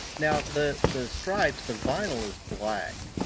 now the the stripes, the vinyl, is black,